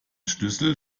schlüssel